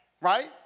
right